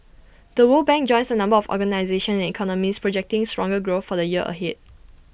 the world bank joins A number of organisations and economists projecting stronger growth for the year ahead